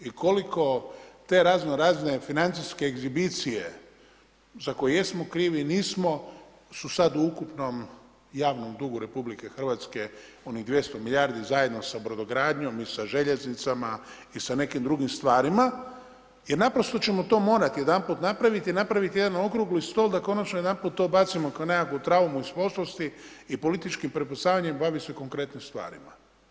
I koliko te razno razne financijske egzibicije za koje jesmo krivi, nismo, su sada u ukupnom javnom dugu RH onih 200 milijardi zajedno sa brodogradnjom i sa željeznicama i sa nekim drugim stvarima, jer naprosto ćemo to morati jedanput napraviti i napraviti jedan okrugli stol, da konačno jedanput to bacimo kao nekakvu traumu iz prošlosti i političkim prepucavanjem i baviti se konkretnim stvarima.